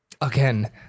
Again